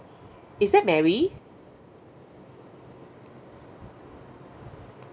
is that mary